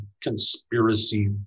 conspiracy